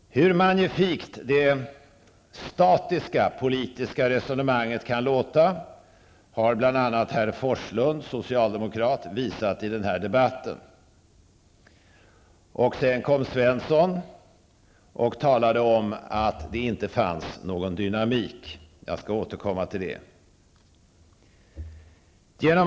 Hur magnifikt det statiska politiska resonemanget kan låta har bl.a. herr Forslund, socialdemokrat, visat i den här debatten. Sedan kom herr Svenson och talade om att det inte fanns någon dynamik. Jag skall återkomma till det.